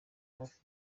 hafi